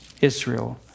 Israel